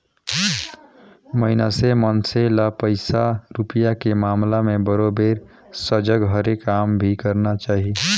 मइनसे मन से ल पइसा रूपिया के मामला में बरोबर सजग हरे काम भी करना चाही